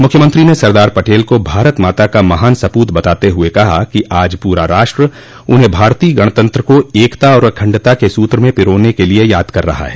मुख्यमंत्री ने सरदार पटेल को भारत माता का महान सपूत बताते हुये कहा कि आज पूरा राष्ट्र उन्हें भारतीय गणतंत्र को एकता और अखण्डता के सूत्र में पिरोने के लिये याद कर रहा हैं